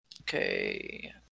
Okay